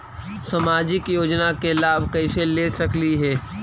सामाजिक योजना के लाभ कैसे ले सकली हे?